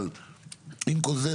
אבל עם כל זה,